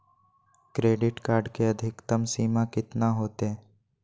Credit card के अधिकतम सीमा कितना होते?